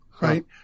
right